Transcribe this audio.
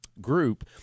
group